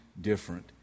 different